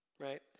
right